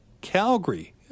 calgary